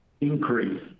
increase